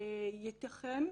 שייתכן,